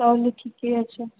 তাহলে ঠিকই আছে